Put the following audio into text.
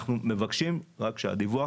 אנחנו רק מבקשים שהדיווח,